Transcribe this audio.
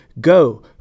Go